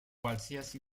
qualsiasi